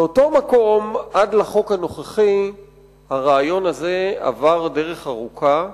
מאותו מקום עד לחוק הנוכחי הרעיון הזה עבר דרך ארוכה,